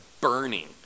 burning